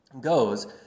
goes